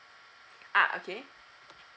uh okay